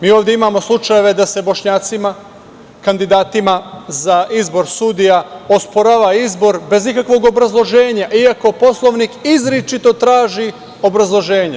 Mi ovde imamo slučajeve da se Bošnjacima kandidatima za izbor sudija osporava izbor bez ikakvog obrazloženja, iako Poslovnik izričito traži obrazloženje.